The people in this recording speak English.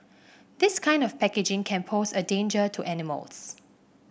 this kind of packaging can pose a danger to animals